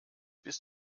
bist